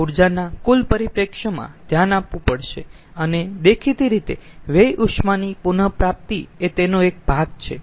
ઊર્જાના કુલ પરિપ્રેક્ષ્યમાં ધ્યાન આપવું પડશે અને દેખીતી રીતે વ્યય ઉષ્માની પુન પ્રાપ્તિ એ તેનો એક ભાગ છે